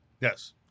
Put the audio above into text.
yes